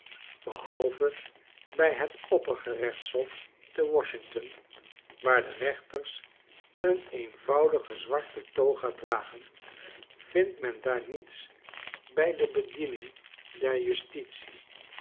behalve bij het oppergerechtshof te washington waar de rechters een eenvoudige zwarte toga dragen vindt men daar niets bij de bedieningder justitie